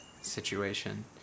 situation